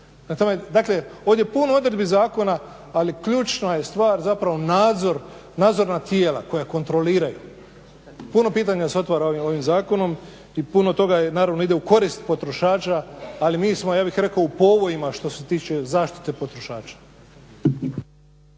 Dakle, ovdje je puno odredbi zakona ali ključna je stvar zapravo nadzorna tijela koja kontroliraju. Puno pitanja se otvara ovdje ovim zakonom i puno toga naravno ide u korist potrošača, ali mi smo ja bih rekao u povojima što se tiče zaštite potrošača.